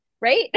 right